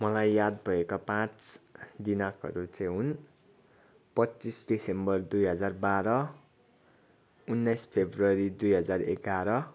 मलाई याद भएका पाँच दिनाङ्कहरू चाहिँ हुन् पच्चिस डिसम्बर दुई हजार बाह्र उन्नाइस फरवरी दुई हजार एघार